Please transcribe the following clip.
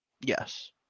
yes